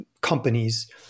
companies